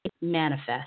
manifest